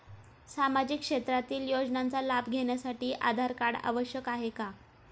सामाजिक क्षेत्रातील योजनांचा लाभ घेण्यासाठी आधार कार्ड आवश्यक आहे का?